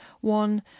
One